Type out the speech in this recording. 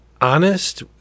honest